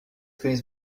cães